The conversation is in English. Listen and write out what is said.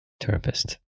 therapist